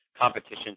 competition